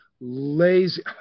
lazy